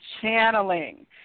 channeling